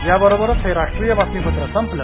याबरोबरच हे राष्ट्रीय बातमीपत्र संपलं